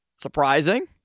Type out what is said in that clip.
surprising